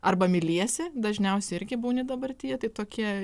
arba myliesi dažniausiai irgi būni dabartyje tai tokie